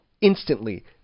Instantly